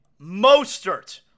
Mostert